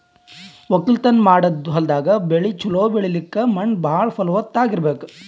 ವಕ್ಕಲತನ್ ಮಾಡದ್ ಹೊಲ್ದಾಗ ಬೆಳಿ ಛಲೋ ಬೆಳಿಲಕ್ಕ್ ಮಣ್ಣ್ ಭಾಳ್ ಫಲವತ್ತಾಗ್ ಇರ್ಬೆಕ್